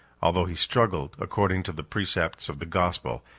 although he struggled, according to the precepts of the gospel,